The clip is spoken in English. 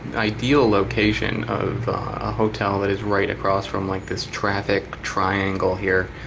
ideal location of a hotel that is right across from like this traffic triangle here.